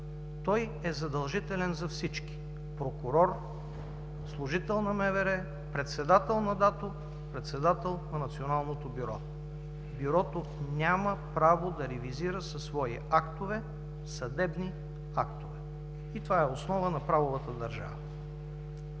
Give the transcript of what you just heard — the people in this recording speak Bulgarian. той е задължителен за всички – прокурор, служител на МВР, председател на ДАТО, председател на Националното бюро. Бюрото няма право да ревизира със свои актове – съдебни актове. И това е основа на правовата държава.